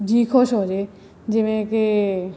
ਜੀ ਖੁਸ਼ ਹੋਜੇ ਜਿਵੇਂ ਕਿ